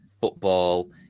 football